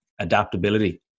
adaptability